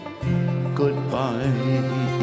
goodbye